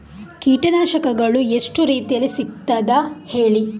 ಕೀಟನಾಶಕಗಳು ಎಷ್ಟು ರೀತಿಯಲ್ಲಿ ಸಿಗ್ತದ ಹೇಳಿ